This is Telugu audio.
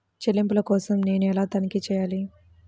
చెల్లింపుల కోసం నేను ఎలా తనిఖీ చేయాలి?